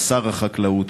לשר החקלאות,